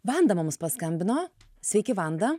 vanda mums paskambino sveiki vanda